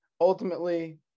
ultimately